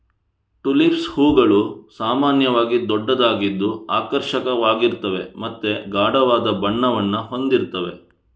tulips ಹೂವುಗಳು ಸಾಮಾನ್ಯವಾಗಿ ದೊಡ್ಡದಾಗಿದ್ದು ಆಕರ್ಷಕವಾಗಿರ್ತವೆ ಮತ್ತೆ ಗಾಢವಾದ ಬಣ್ಣವನ್ನ ಹೊಂದಿರ್ತವೆ